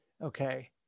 okay